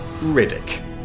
Riddick